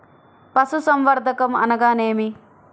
పశుసంవర్ధకం అనగా ఏమి?